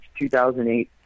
2008